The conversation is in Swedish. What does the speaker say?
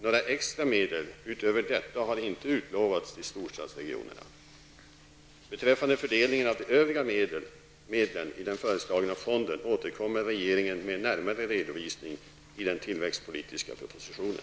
Några extra medel utöver detta har inte utlovats till storstadsregionerna. Beträffande fördelningen av de övriga medlen i den föreslagna fonden återkommer regeringen med en närmare redovisning i den tillväxtpolitiska propositionen.